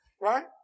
right